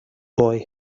boy